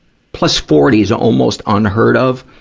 plus forty is almost unheard of.